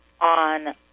On